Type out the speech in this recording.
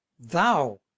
thou